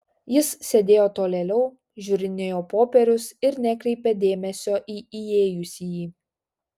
jis sėdėjo tolėliau žiūrinėjo popierius ir nekreipė dėmesio į įėjusįjį